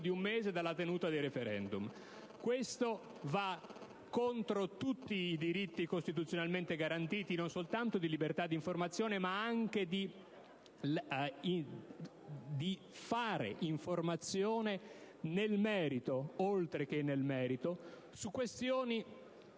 di un mese dallo svolgimento dei *referendum*. Questo va contro tutti i diritti costituzionalmente garantiti, non soltanto di libertà d'informazione, ma anche di fare informazione nel merito, oltre che nel merito, su questioni